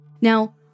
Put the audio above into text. Now